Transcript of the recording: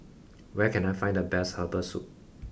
where can I find the best herbal soup